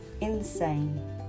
insane